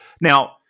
Now